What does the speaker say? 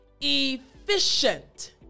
efficient